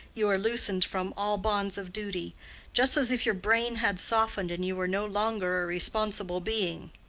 you are loosened from all bonds of duty just as if your brain had softened and you were no longer a responsible being.